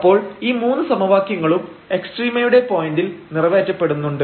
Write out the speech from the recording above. അപ്പോൾ ഈ മൂന്ന് സമവാക്യങ്ങളും എക്സ്ട്രീമയുടെ പോയന്റിൽ നിറവേറ്റപ്പെടേണ്ടതുണ്ട്